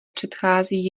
předchází